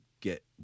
get